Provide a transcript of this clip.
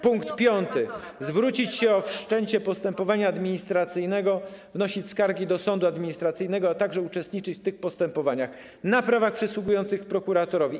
Pkt 5: może zwrócić się o wszczęcie postępowania administracyjnego, wnosić skargi do sądu administracyjnego, a także uczestniczyć w tych postępowaniach na prawach przystępujących prokuratorowi.